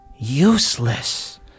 useless